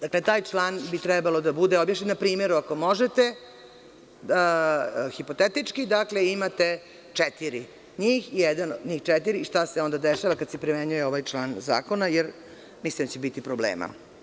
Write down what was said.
Dakle, taj član bi trebalo da bude objašnjen na primeru, ako možete, hipotetički, dakle, imate četiri njih i jedan od njih četiri i šta se onda dešava kada se primenjuje ovaj član zakona, jer mislim da će biti problema.